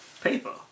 Paper